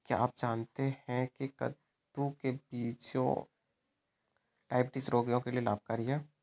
क्या आप जानते है कद्दू के बीज डायबिटीज रोगियों के लिए लाभकारी है?